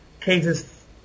cases